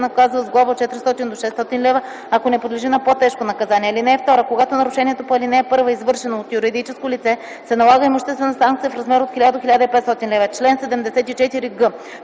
наказва с глоба от 400 до 600 лв., ако не подлежи на по-тежко наказание. (2) Когато нарушението по ал. 1 е извършено от юридическо лице, се налага имуществена санкция в размер от 1000 до 1500 лв. Чл. 74г.